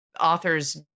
authors